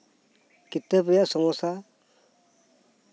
ᱠᱤᱛᱟᱹᱵ ᱨᱮᱭᱟᱜ ᱥᱚᱢᱚᱥᱥᱟ